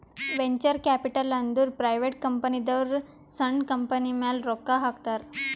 venture capital ಅಂದುರ್ private ಕಂಪನಿದವ್ರು ಸಣ್ಣು ಕಂಪನಿಯ ಮ್ಯಾಲ ರೊಕ್ಕಾ ಹಾಕ್ತಾರ್